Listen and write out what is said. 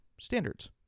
standards